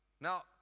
Now